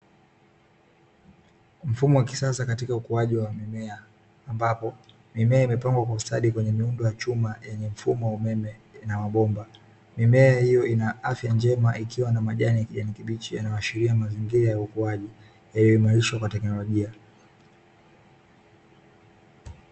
Mfumo wa kisasa katika ukuaji wa mimea, ambapo mimea imepangwa kwa ustadi kwenye miundo ya chuma yenye mfumo wa umeme, ina mabomba. Mimea hiyo ina afya njema ikiwa na majani yenye kijani kibichi yanayoashiria mazingira ya ukuaji yaliyoimarishwa kwa teknolojia.